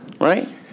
Right